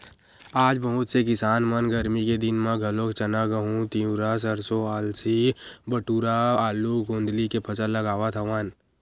आज बहुत से किसान मन गरमी के दिन म घलोक चना, गहूँ, तिंवरा, सरसो, अलसी, बटुरा, आलू, गोंदली के फसल लगावत हवन